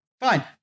Fine